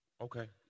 Okay